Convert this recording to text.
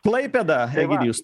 klaipėda egidijus